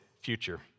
future